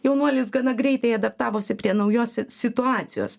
jaunuolis gana greitai adaptavosi prie naujos situacijos